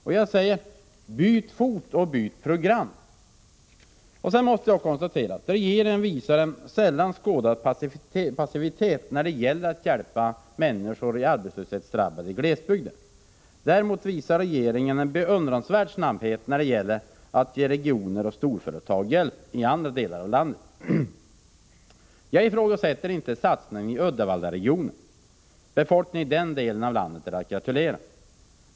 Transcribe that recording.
Min uppmaning blir därför: Byt fot och byt program! Regeringen visar vidare en sällan skådad passivitet när det gäller att hjälpa människor i arbetslöshetsdrabbade glesbygder. Däremot visar regeringen en beundransvärd snabbhet när det gäller att ge hjälp till regioner och storföretag i andra delar av landet. Jag ifrågasätter inte satsningen i Uddevallaregionen. Befolkningen i den delen av landet är att gratulera.